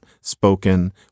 spoken